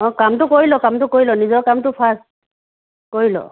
অঁ কামটো কৰি ল কামটো কৰি ল নিজৰ কামটো ফাৰ্ষ্ট কৰি ল